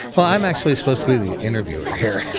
well, i'm actually supposed to be the interviewer here.